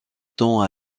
temps